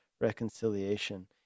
reconciliation